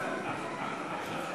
חוק